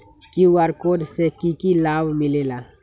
QR code से कि कि लाव मिलेला?